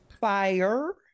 Fire